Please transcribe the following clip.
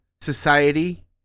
Society